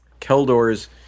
Keldor's